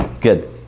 good